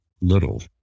little